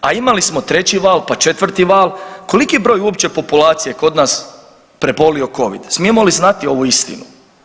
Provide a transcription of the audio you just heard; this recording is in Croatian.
A imali smo treći val, pa četvrti val, koliki je broj uopće populacije kod nas prebolio covid, smijemo li znati ovu istinu?